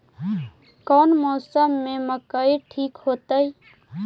कौन मौसम में मकई ठिक होतइ?